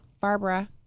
Barbara